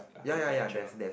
ya ya ya there's there's